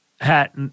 hat